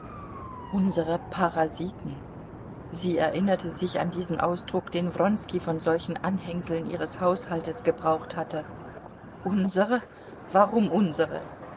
unsere parasiten sie erinnerte sich an diesen ausdruck den wronski von solchen anhängseln ihres haushaltes gebraucht hatte unsere warum unsere